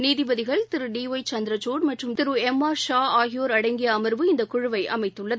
நீதிபதிகள் திரு D Y Chandrachud மற்றும் எம் ஆர் ஷா ஆகியோர் அடங்கியஅமர்வு இந்தக்குழுவைஅமைத்துள்ளது